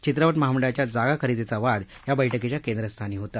चित्रपट महामंडळाच्या जागा खरेदीचा वाद या बैठकीच्या केंद्रस्थानी होता